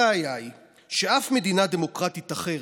הראיה היא שאף מדינה דמוקרטית אחרת,